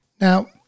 Now